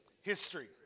history